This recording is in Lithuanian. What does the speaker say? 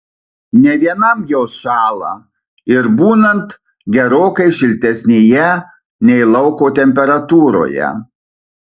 ne vienam jos šąla ir būnant gerokai šiltesnėje nei lauko temperatūroje